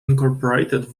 incorporated